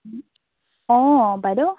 অঁ বাইদেউ